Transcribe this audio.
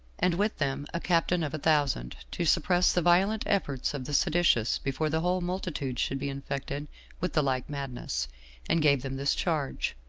and with them a captain of a thousand, to suppress the violent efforts of the seditious before the whole multitude should be infected with the like madness and gave them this charge,